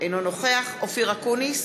אינו נוכח אופיר אקוניס,